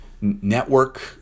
network